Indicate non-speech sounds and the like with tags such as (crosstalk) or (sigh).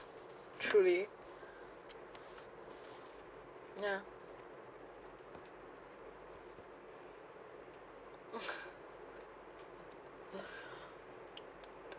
truly ya (laughs)